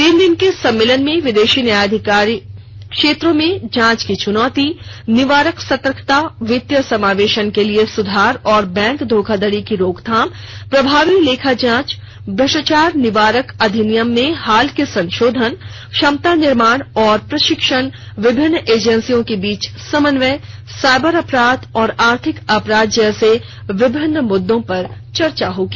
तीन दिन के सम्मेलन में विदेशी न्यायाधिकार क्षेत्रों में जांच की चुनौती निवारक सतर्कता वित्तीय समावेशन के लिए सुधार और बैंक धोखाधड़ी की रोकथाम प्रभावी लेखा जांच भ्रष्टाचार निवारक अधिनियम में हाल के संशोधन क्षमता निर्माण और प्रशिक्षण विभिन्न एजेंसियों के बीच समन्वय साइबर अपराध और आर्थिक अपराध जैसे विभिन्न मुद्दों पर चर्चा होगी